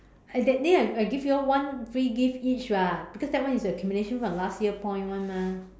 that day they I I gave you all one free gift each [what] because that one is accumulation for last year's points mah